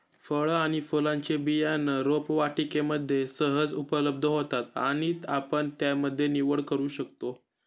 फळ आणि फुलांचे बियाणं रोपवाटिकेमध्ये सहज उपलब्ध होतात आणि आपण त्यामध्ये निवड करू शकतो